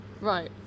Right